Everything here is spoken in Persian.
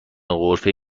غرفه